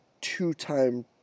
two-time